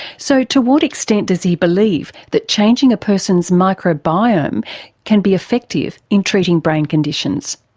so, to what extent does he believe that changing a person's microbiome can be effective in treating brain conditions?